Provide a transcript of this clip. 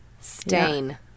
Stain